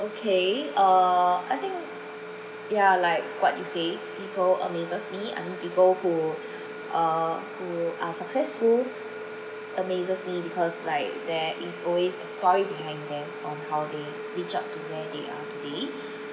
okay err I think ya like what you say people amazes me I mean people who uh who are successful amazes me because like there is always a story behind them on how they reach out to where they are today